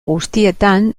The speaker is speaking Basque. guztietan